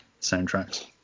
soundtracks